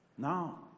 Now